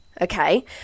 Okay